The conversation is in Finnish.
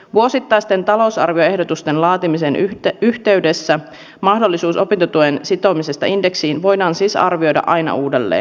vuosittaisten talousarvioehdotusten laatimisen yhteydessä mahdollisuus opintotuen indeksiin sitomiseen voidaan siis arvioida aina uudelleen